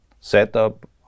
setup